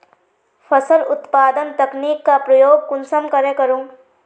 फसल उत्पादन तकनीक का प्रयोग कुंसम करे करूम?